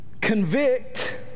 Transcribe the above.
convict